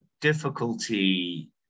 difficulty